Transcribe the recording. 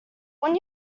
when